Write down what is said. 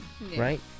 right